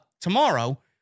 tomorrow